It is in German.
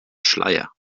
schleier